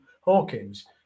Hawkins